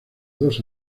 dos